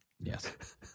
yes